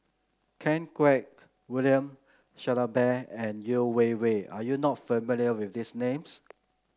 Ken Kwek William Shellabear and Yeo Wei Wei are you not familiar with these names